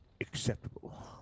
acceptable